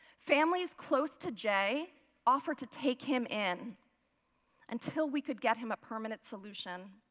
families close to jay offered to take him in until we could get him a permanent solution.